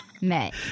met